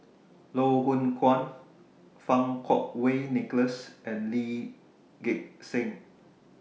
Loh Hoong Kwan Fang Kuo Wei Nicholas and Lee Gek Seng